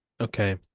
Okay